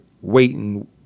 waiting